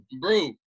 Bro